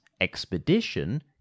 expedition